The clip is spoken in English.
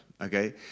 Okay